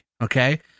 Okay